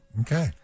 Okay